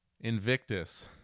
Invictus